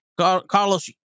Carlos